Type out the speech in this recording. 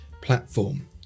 platform